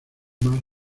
más